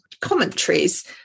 commentaries